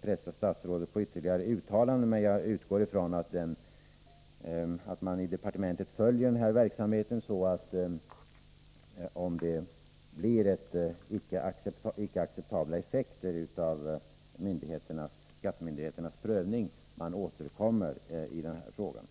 pressa statsrådet på ytterligare uttalanden, men jag utgår från att man i departementet följer verksamheten, så att man återkommer i frågan, om skattemyndigheternas prövning skulle få icke acceptabla effekter.